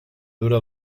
dura